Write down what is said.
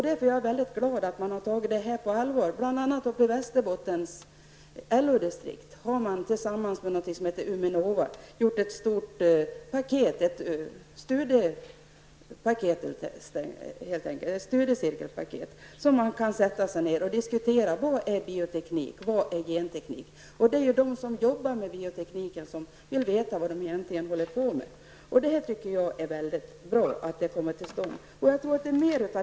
Därför är jag mycket glad över att man har tagit det här på allvar. Västerbottens LO-distrikt har t.ex. tillsammans med något som heter Ume Nova gjort ett stort studiecirkelpaket, utifrån vilket man kan diskutera vad bioteknik och genteknik är. Det är de som arbetar med bioteknik som vill veta vad de egentligen håller på med. Jag tror att det behövs mera av denna typ av åtgärder.